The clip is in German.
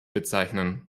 bezeichnen